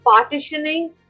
partitioning